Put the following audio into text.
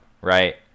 right